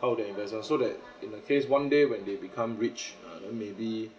how would they invest ah so that in the case one day when they become rich uh then maybe